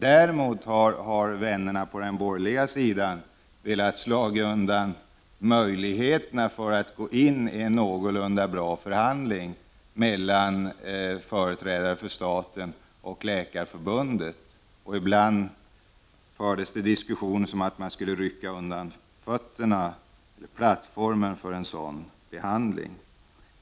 Däremot har vännerna på den borgerliga sidan velat slå undan möjligheterna att gå in i en någorlunda bra förhandling mellan företrädare för staten och Läkarförbundet. Ibland fördes det diskussioner om att man skulle rycka undan plattformen för en sådan förhandling.